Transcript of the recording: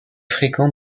fréquent